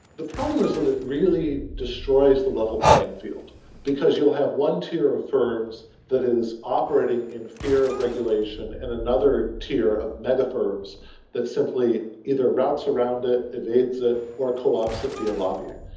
the problem is that it really destroys the level playing field because you'll have one tier of firms that is operating in fear of regulation, and another tier of mega-firms that simply either routes around it, evades it, or co-opts it via lobbying.